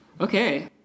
Okay